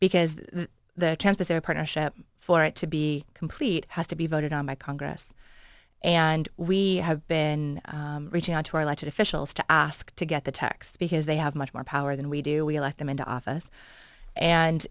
because the tempus their partnership for it to be complete has to be voted on by congress and we have been reaching out to our elected officials to ask to get the tax because they have much more power than we do we elect them into office and